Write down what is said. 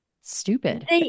stupid